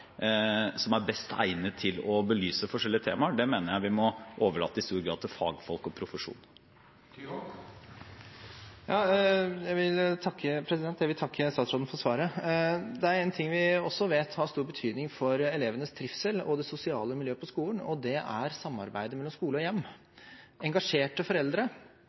som er best egnet til å belyse forskjellige temaer, mener jeg vi i stor grad må overlate til fagfolk, til profesjonen. Jeg vil takke statsråden for svaret. Det er én ting vi også vet har stor betydning for elevenes trivsel og det sosiale miljøet på skolen. Det er samarbeidet mellom skole og hjem. Engasjerte foreldre,